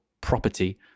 property